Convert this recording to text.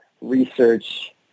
research